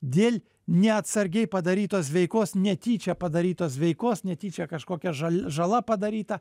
dėl neatsargiai padarytos veikos netyčia padarytos veikos netyčia kažkokia žal žala padaryta